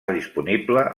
disponible